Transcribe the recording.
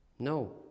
No